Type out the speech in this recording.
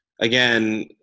again